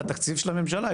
בתקציב של הממשלה,